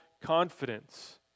confidence